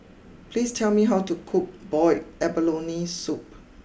please tell me how to cook Boiled Abalone Soup